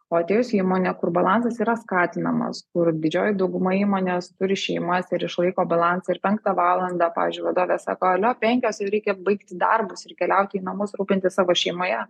o atėjus į įmonę kur balansas yra skatinamas kur didžioji dauguma įmonės turi šeimas ir išlaiko balansą ir penktą valandą pavyzdžiui vadovė sako alio penkios jau reikia baigti darbus ir keliauti į namus rūpintis savo šeimoje